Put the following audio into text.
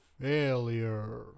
Failure